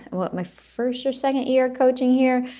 what, my first or second year coaching here,